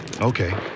Okay